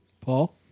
Paul